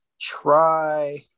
Try